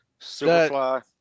Superfly